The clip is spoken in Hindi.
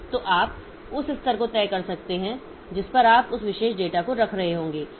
तो आप उस स्तर को तय कर सकते हैं जिस पर आप उस विशेष डेटा को रख रहे होंगे